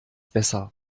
besser